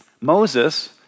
Moses